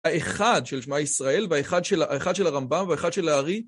האחד של שמע ישראל, והאחד של הרמב״ם, והאחד של האר״י.